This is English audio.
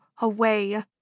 away